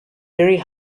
very